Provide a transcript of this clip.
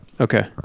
Okay